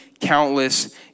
countless